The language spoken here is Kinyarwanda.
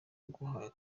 guha